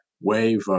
wave